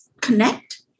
connect